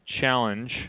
Challenge